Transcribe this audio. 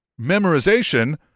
memorization